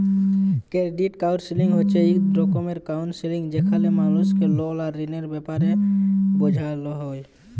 credit counselling হছে ইক রকমের কাউলসেলিংযেখালে মালুসকে লল আর ঋলের ব্যাপারে বুঝাল হ্যয়